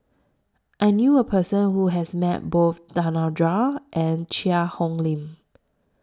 I knew A Person Who has Met Both Danaraj and Cheang Hong Lim